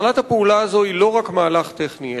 התחלת הפעולה הזאת היא לא רק מהלך טכני,